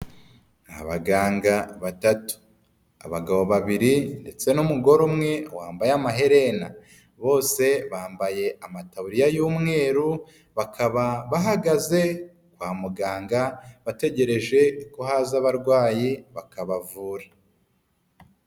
Abaganga batatu, abagabo babiri ndetse n'umugore umwe wambaye amaherena, bose bambaye amataburiya y'umweru, bakaba bahagaze kwa muganga bategereje kohaza abarwayi bakabavura.